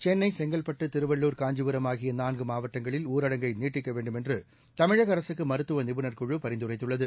சென்னை செங்கல்பட்டு திருவள்ளூர் காஞ்சிபுரம் ஆகிய நான்கு மாவட்டங்களில் ஊரடங்கை நீட்டிக்க வேண்டுமென்று தமிழக அரசுக்கு மருத்துவ நிபுணர்குழு பரிந்துரைத்துள்ளது